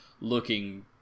looking